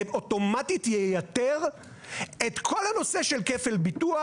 זה אוטומטית ייתר את כל הנושא של כפל ביטוח,